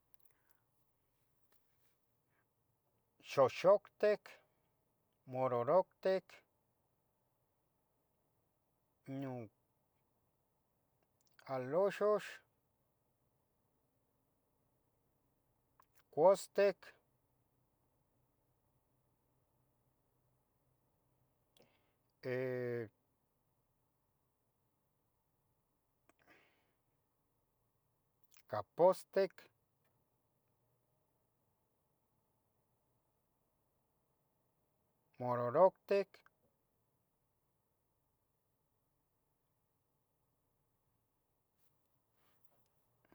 Xoxoctic, mororohtic, niu, aloxox, custic, capotztic, mororohtic,